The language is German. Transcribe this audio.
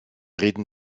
reden